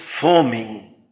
forming